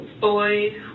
boy